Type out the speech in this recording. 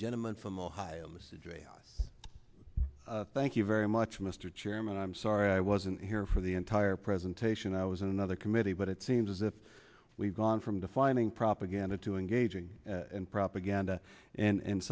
gentleman from ohio listen thank you very much mr chairman i'm sorry i wasn't here for the entire presentation i was in another committee but it seems as if we've gone from defining propaganda to engaging in propaganda and